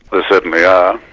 there certainly are.